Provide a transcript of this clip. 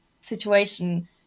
situation